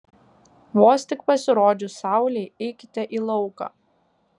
vos tik pasirodžius saulei eikite į lauką